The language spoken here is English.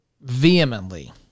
vehemently